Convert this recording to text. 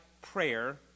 prayer